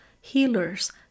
healers